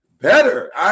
better